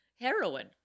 Heroin